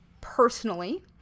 personally